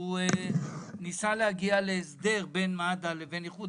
הוא ניסה להגיע להסדר בין מד"א לבין איחוד